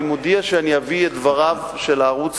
אני מודיע שאני אביא את דבריו של הערוץ